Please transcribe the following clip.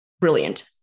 brilliant